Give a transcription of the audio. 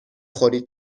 خوری